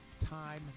time